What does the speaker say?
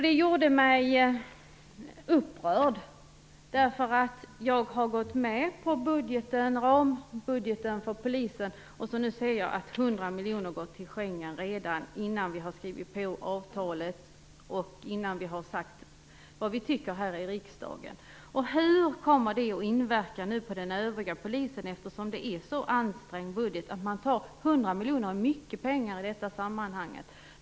Det gjorde mig upprörd, därför att jag har gått med på rambudgeten för Polisen, och nu ser jag att 100 miljoner går till Schengen redan innan vi har skrivit på avtalet och innan vi har sagt vad vi tycker här i riksdagen. Hur kommer det att inverka på den övriga polisverksamheten, när budgeten är så ansträngd? 100 miljoner är mycket pengar i detta sammanhang.